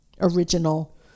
original